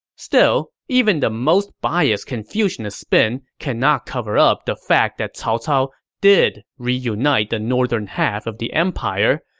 still, even the most biased confucianist spin cannot cover up the fact that cao cao did reunite the northern half of the empire,